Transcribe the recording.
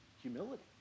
humility